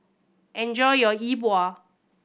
enjoy your Yi Bua